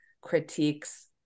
critiques